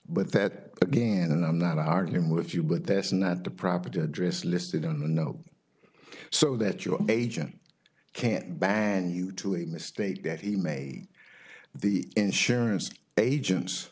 but that again i'm not arguing with you but that's not the proper to address listed in the know so that your agent can't ban you to a mistake that he made the insurance agents